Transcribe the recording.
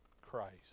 Christ